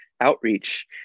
outreach